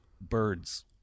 birds